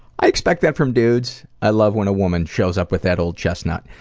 i expect that from dudes, i love when a woman shows up with that old chestnut.